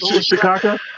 Chicago